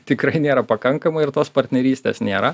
tikrai nėra pakankamai ir tos partnerystės nėra